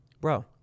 Bro